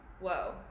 Whoa